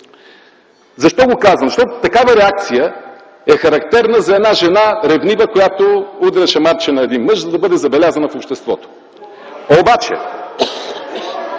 Защо го казвам? Защото такава реакция е характерна за една ревнива жена, която удря шамарче на един мъж, за да бъде забелязана в обществото. (Шум